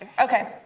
Okay